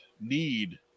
need